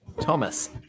Thomas